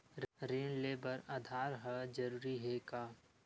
ऋण ले बर आधार ह जरूरी हे का?